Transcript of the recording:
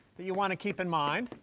that you want to keep in mind.